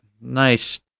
nice